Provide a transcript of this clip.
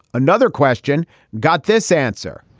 another question got this answer.